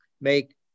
make